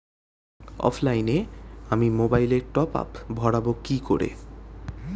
অফলাইনে আমি মোবাইলে টপআপ ভরাবো কি করে?